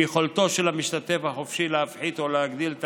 ביכולתו של המשתתף החופשי להפחית או להגדיל את